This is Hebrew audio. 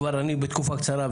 כבר אני בתקופה הקצרה,